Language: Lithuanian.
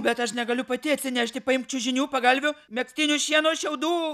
bet aš negaliu pati atsinešti paimt čiužinių pagalvių megztinių šieno šiaudų